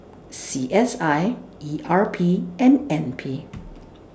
C S I E R P and N P